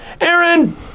Aaron